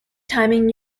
timing